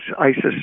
ISIS